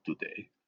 today